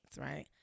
right